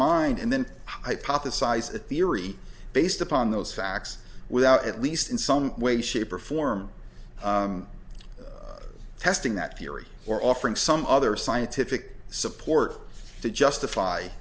mind and then hypothesize a theory based upon those facts without at least in some way shape or form testing that theory or offering some other scientific support to justify